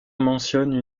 mentionne